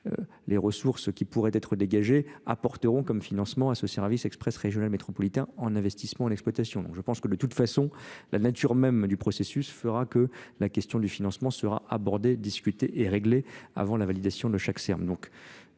Les ressources qui pourraient être dégagées apporteront comme financement à ce service express régional métropolitain en investissement en exploitation. Donc je pense que, de toute façon, la nature même du processus fera que la question du financement sera abordée discutée et réglée avant la validation de chaque